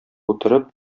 утырып